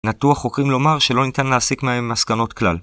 נטו החוקרים לומר שלא ניתן להסיק מהם מסקנות כלל.